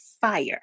fire